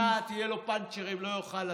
עוד מעט יהיו לו פנצ'רים, לא יוכל לטוס.